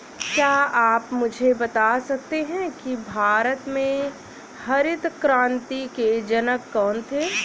क्या आप मुझे बता सकते हैं कि भारत में हरित क्रांति के जनक कौन थे?